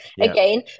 again